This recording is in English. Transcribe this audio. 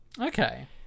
Okay